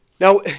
Now